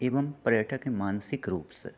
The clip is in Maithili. एवम पर्यटकके मानसिक रूपसँ